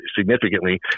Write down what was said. significantly